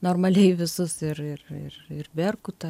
normaliai visus ir ir ir berkutą